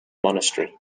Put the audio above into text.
monastery